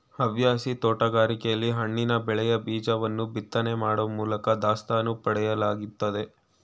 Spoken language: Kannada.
ಹವ್ಯಾಸಿ ತೋಟಗಾರಿಕೆಲಿ ಹಣ್ಣಿನ ಬೆಳೆಯ ಬೀಜವನ್ನು ಬಿತ್ತನೆ ಮಾಡೋ ಮೂಲ್ಕ ದಾಸ್ತಾನು ಪಡೆಯಲಾಗ್ತದೆ